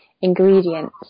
ingredients